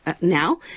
now